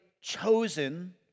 chosen